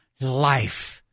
life